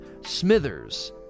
Smithers